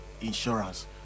insurance